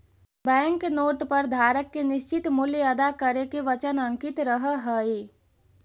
bank note पर धारक के निश्चित मूल्य अदा करे के वचन अंकित रहऽ हई